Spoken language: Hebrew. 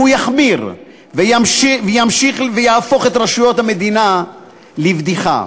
הוא יחמיר ויהפוך את רשויות המדינה לבדיחה.